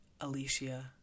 Alicia